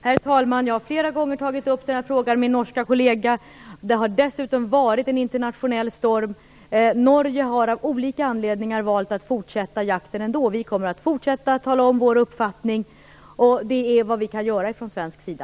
Herr talman! Jag har flera gånger tagit upp denna fråga med min norska kollega, och det har dessutom varit en internationell storm. Norge har av olika anledningar valt att fortsätta jakten ändå. Vi kommer att fortsätta att tala om vår uppfattning. Det är vad vi kan göra från svensk sida.